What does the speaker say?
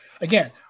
again